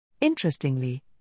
Interestingly